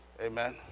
Amen